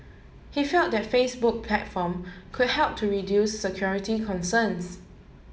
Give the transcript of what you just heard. he felt the Facebook platform could help to reduce security concerns